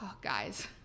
guys